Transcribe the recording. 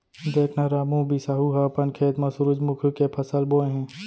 देख न रामू, बिसाहू ह अपन खेत म सुरूजमुखी के फसल बोय हे